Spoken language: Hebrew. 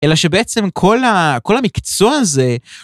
אלא שבעצם כל המקצוע הזה...